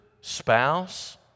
spouse